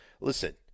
Listen